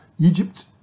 Egypt